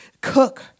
cook